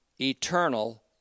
eternal